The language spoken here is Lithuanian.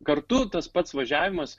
kartu tas pats važiavimas